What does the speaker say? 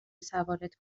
سوارت